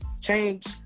change